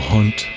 Hunt